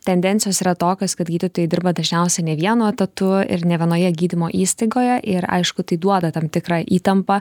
tendencijos yra tokios kad gydytojai dirba dažniausiai ne vienu etatu ir ne vienoje gydymo įstaigoje ir aišku tai duoda tam tikrą įtampą